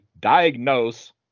diagnose